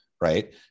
right